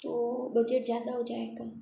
तो बजट ज़्यादा हो जाएगा